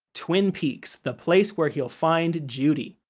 twin peaks, the place where he'll find judy.